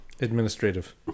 Administrative